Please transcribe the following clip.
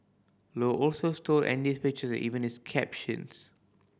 Low also stole Andy's pictures and even his captions